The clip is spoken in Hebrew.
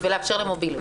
ולאפשר להן מוביליות.